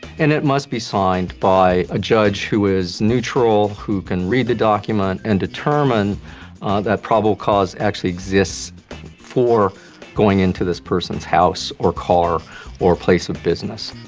and it must be signed by a judge who is neutral, who can read the document and determine that probable cause actually exists for going into this person's house or car or place of business.